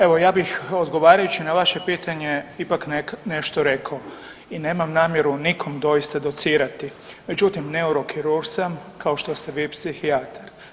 Evo, ja bih odgovarajući na vaše pitanje ipak nešto rekao i nemam namjeru nikom doista docirati, međutim, neurokirurg sam, kao što ste vi psihijatar.